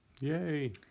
yay